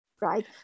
right